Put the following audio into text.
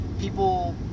people